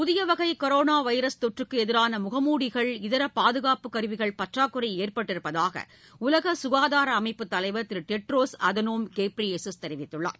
புதிய வகை corona virus தொற்றுக்கு எதிரான முகமுடிகள் இதர பாதுகாப்பு கருவிகள் பற்றாக்குறை ஏற்பட்டிருப்பதாக உலக கங்தார அமைப்பு தலைவர் திரு டெட்ரோஸ் அதனோம் கேப்ரிஏசஸ் தெரிவித்துள்ளார்